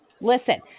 listen